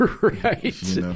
Right